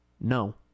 No